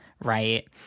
right